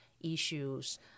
issues